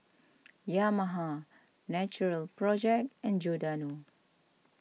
Yamaha Natural Project and Giordano